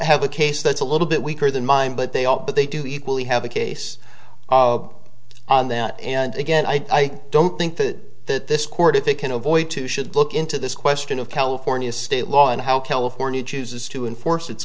have a case that's a little bit weaker than mine but they all but they do equally have a case on that and again i don't think that that this court if they can avoid to should look into this question of california state law and how california chooses to enforce it